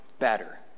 better